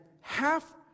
half